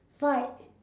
fight